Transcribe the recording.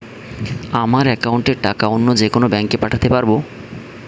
আমার একাউন্টের টাকা অন্য যেকোনো ব্যাঙ্কে পাঠাতে পারব?